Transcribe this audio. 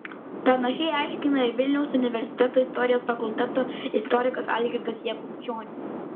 panašiai aiškina ir vilniaus universiteto istorijos fakulteto istorikas algirdas jakubčionis